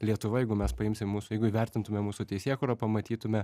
lietuva jeigu mes paimsim mūsų jeigu įvertintume mūsų teisėkūrą pamatytume